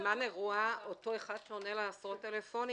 בזמן אירוע אותו אחד שעונה לעשות טלפונים,